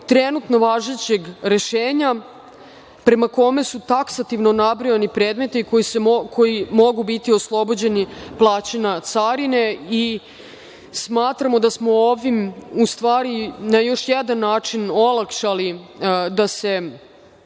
trenutno važećeg rešenja prema kome su taksativno nabrojani predmeti koji mogu biti oslobođeni plaćanja carine. Smatramo da smo ovim na još jedan način olakšali da